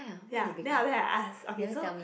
ya then after that I ask okay so